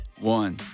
one